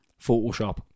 Photoshop